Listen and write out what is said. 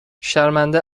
شرمنده